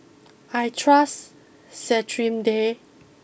I trust Cetrimide